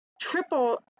triple